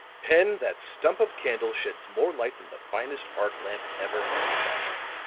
pen, that stump of candle sheds more light than the finest arc lamp ever manufactured.